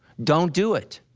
don't do it.